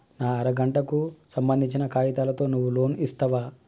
నా అర గంటకు సంబందించిన కాగితాలతో నువ్వు లోన్ ఇస్తవా?